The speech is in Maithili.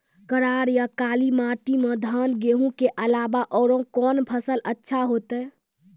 करार या काली माटी म धान, गेहूँ के अलावा औरो कोन फसल अचछा होतै?